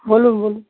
বলুন বলুন